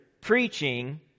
preaching